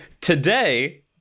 today